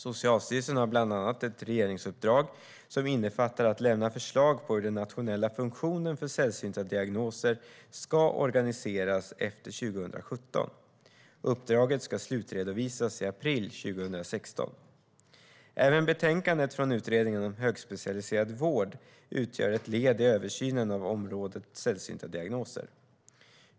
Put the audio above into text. Socialstyrelsen har bland annat ett regeringsuppdrag som innefattar att lämna förslag på hur Nationella funktionen för sällsynta diagnoser ska organiseras efter 2017. Uppdraget ska slutredovisas i april 2016. Även betänkandet från utredningen om högspecialiserad vård utgör ett led i översynen av området sällsynta diagnoser.